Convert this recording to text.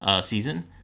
season